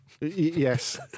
Yes